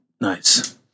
Nice